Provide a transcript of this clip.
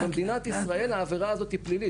במדינת ישראל העבירה הזו היא פנימית,